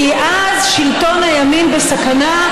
כי אז שלטון הימין בסכנה,